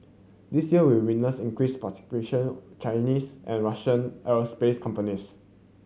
this year will witness increase participation Chinese and Russian aerospace companies